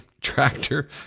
Tractor